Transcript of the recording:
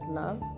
love